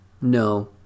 No